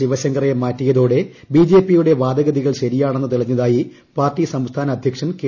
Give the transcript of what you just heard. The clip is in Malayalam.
ശിവശങ്കറെ മാറ്റിയതോടെ ബിജെപിയുടെ വാദഗതികൾ ശരിയാണെന്ന് തെളിഞ്ഞതായി പാർട്ടി സംസ്ഥാന അദ്ധ്യക്ഷൻ കെ